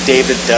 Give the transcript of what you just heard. David